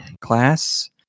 class